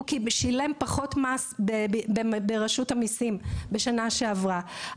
הוא שילם פחות מס ברשות המסים בשנה שעברה,